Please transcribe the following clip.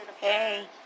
Hey